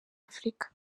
afurika